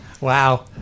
wow